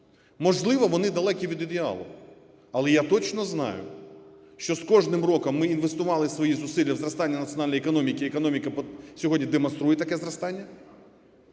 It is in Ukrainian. Можливо, вони далекі від ідеалу, але я точно знаю, що з кожним роком ми інвестували свої зусилля в зростання національної економіки, і економіка сьогодні демонструє таке зростання.